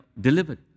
delivered